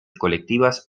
colectivas